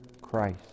Christ